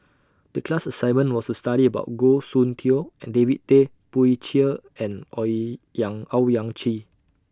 The class assignment was to study about Goh Soon Tioe David Tay Poey Cher and Owyang Chi